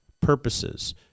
purposes